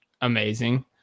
amazing